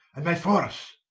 and my force?